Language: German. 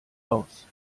aus